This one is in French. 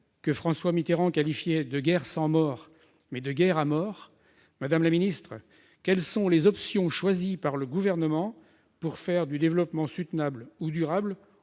François Mitterrand, de « guerre sans mort, mais de guerre à mort », quelles sont les options choisies par le Gouvernement pour faire du développement soutenable ou durable